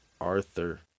Arthur